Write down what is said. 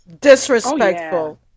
Disrespectful